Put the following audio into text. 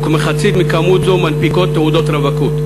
ולכמחצית מכמות זו מנפיקות תעודות רווקות,